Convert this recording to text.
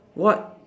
what